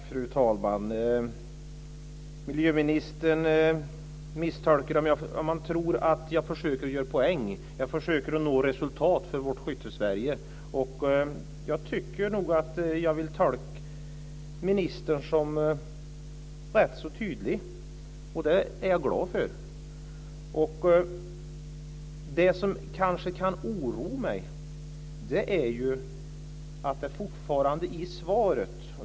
Fru talman! Miljöministern misstolkar mig om han tror att jag försöker göra en poäng. Jag försöker nå resultat för vårt Skyttesverige. Jag vill nog tolka ministern som rätt så tydlig, och det är jag glad för. Det som kanske fortfarande kan oroa mig är något som står i svaret.